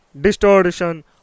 distortion